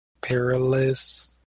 Perilous